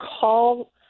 call